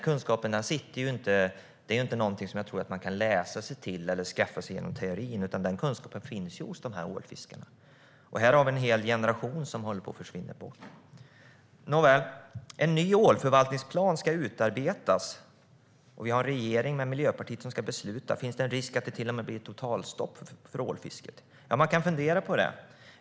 Kunskapen kan man inte att läsa sig till eller skaffa sig i teorin. Den kunskapen finns hos ålfiskarna. Här försvinner nu en hel generation. Nåväl! En ny ålförvaltningsplan ska utarbetas, och regeringen med Miljöpartiet ska fatta beslut. Finns det en risk att det till och med blir totalstopp för ålfisket? Vi kan fundera över det.